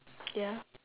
ya